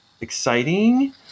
exciting